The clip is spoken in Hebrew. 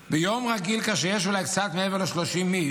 ביום רגיל, כאשר יש אולי קצת מעבר ל-30 איש,